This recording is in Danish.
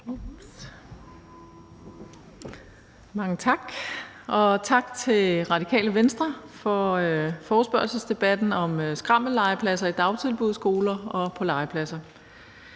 Mange tak, og tak til Radikale Venstre for forespørgselsdebatten om skrammellegepladser i dagtilbud, i skoler og på legepladser.